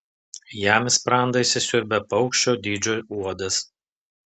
jam į sprandą įsisiurbia paukščio dydžio uodas